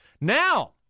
Now